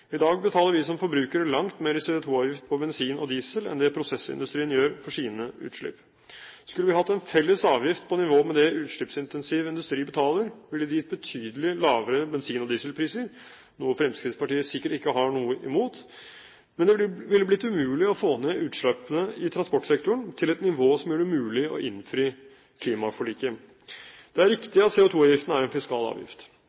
I dag betaler vi som forbrukere langt mer CO2-avgift på bensin og diesel enn det prosessindustrien gjør for sine utslipp. Skulle vi hatt en felles avgift på nivå med det utslippsintensiv industri betaler, ville det gitt betydelig lavere bensin- og dieselpriser – noe Fremskrittspartiet sikkert ikke har noe imot – men det ville blitt umulig å få ned utslippene i transportsektoren til et nivå som gjør det mulig å innfri klimaforliket. Det er